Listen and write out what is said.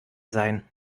sein